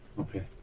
Okay